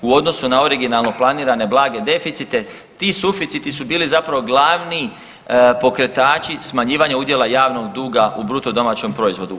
U odnosu na originalno planirane blage deficite ti suficiti su bili zapravo glavni pokretači smanjivanja udjela javnog duga u BDP-u.